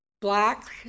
black